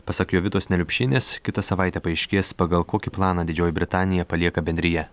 pasak jovitos neliupšienės kitą savaitę paaiškės pagal kokį planą didžioji britanija palieka bendriją